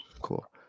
Cool